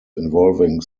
involving